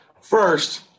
First